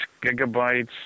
gigabytes